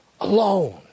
alone